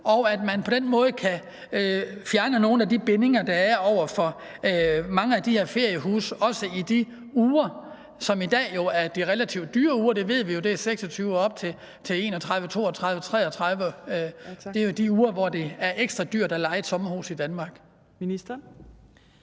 og at man på den måde kan fjerne nogle af de bindinger, der er på mange af de her feriehuse, også i de uger, som i dag jo er de relativt dyre uger – det ved vi jo er fra uge 26 og op til ugerne 31, 32, 33. Det er jo de uger, hvor det er ekstra dyrt at leje et sommerhus i Danmark. Kl.